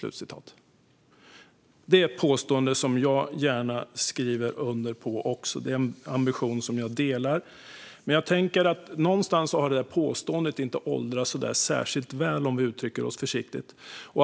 Det är ett påstående som jag gärna skriver under på. Det är en ambition som jag delar. Men någonstans har det där påståendet inte åldrats så särskilt väl, för att uttrycka mig försiktigt.